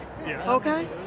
Okay